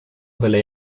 byle